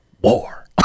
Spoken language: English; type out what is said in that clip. war